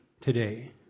today